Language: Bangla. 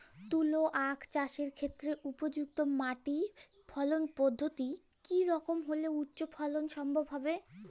তুলো আঁখ চাষের ক্ষেত্রে উপযুক্ত মাটি ফলন পদ্ধতি কী রকম হলে উচ্চ ফলন সম্ভব হবে?